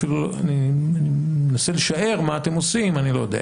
אני מנסה לשער מה אתם עושים, אני לא יודע.